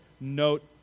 note